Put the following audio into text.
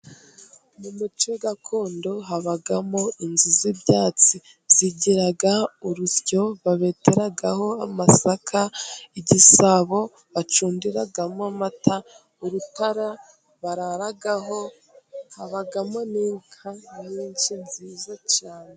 Mu muco gakondo habamo inzu z'ibyatsi, zigira urusyo babeteraho amasaka, igisabo bacundiramo amata, urutara bararaho, habamo n'inka nyinshi nziza cyane.